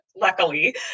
luckily